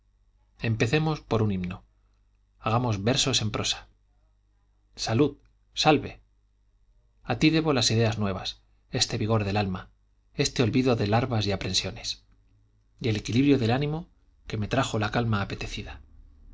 empecemos por un himno hagamos versos en prosa salud salve a ti debo las ideas nuevas este vigor del alma este olvido de larvas y aprensiones y el equilibrio del ánimo que me trajo la calma apetecida